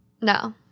No